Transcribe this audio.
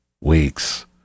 weeks